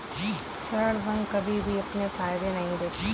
ऋण संघ कभी भी अपने फायदे नहीं देखता है